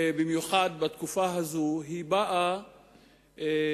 במיוחד בתקופה הזאת, מנוגדת